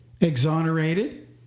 exonerated